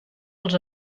els